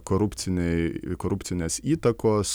korupciniai korupcinės įtakos